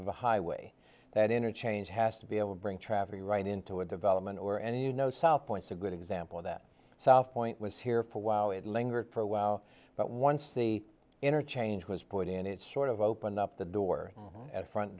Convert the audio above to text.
the highway that interchange has to be able to bring traffic right into a development or any you know south point's a good example that south point was here for a while it lingered for a while but once the interchange was put in it sort of opened up the door at a front